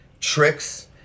tricks